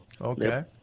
Okay